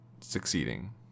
succeeding